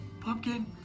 Pumpkin